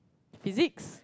physics